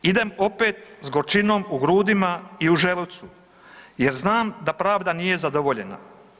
Idem opet s gorčinom u grudima i u želucu jer znam da pravda nije zadovoljena.